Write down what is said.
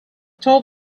told